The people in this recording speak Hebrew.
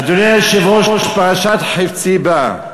אדוני היושב-ראש, פרשת "חפציבה":